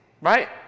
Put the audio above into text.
right